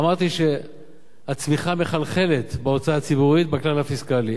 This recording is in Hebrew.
אמרתי שהצמיחה מחלחלת בהוצאה הציבורית בכלל הפיסקלי,